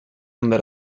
andare